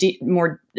more